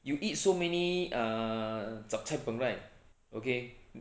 you eat so many err zhup cai png right okay